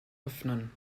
öffnen